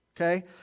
okay